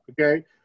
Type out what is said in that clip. okay